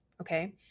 Okay